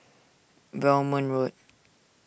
Belmont Road